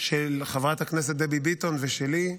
של חברת הכנסת דבי ביטון ושלי,